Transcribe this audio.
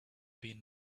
been